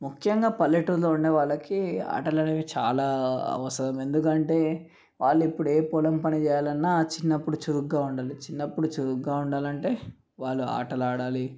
ముఖ్యంగా పల్లెటూల్లో ఉండేవాళ్ళకి ఆటలు అనేవి చాలా అవసరం ఎందుకంటే వాళ్ళు ఇప్పుడు ఏ పొలం పని చేయాలన్నా చిన్నప్పుడు చురుగ్గా ఉండాలి చిన్నపుడు చురుగ్గా ఉండాలి అంటే వాళ్ళు ఆటలు ఆడాలి